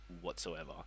whatsoever